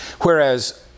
Whereas